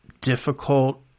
difficult